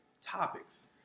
topics